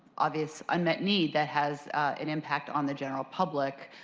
obvious unmet need. that has an impact on the general public.